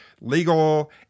legal